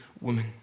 woman